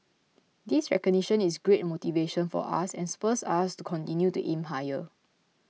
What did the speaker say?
this recognition is great motivation for us and spurs us to continue to aim higher